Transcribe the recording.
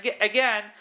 again